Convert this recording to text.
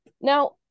now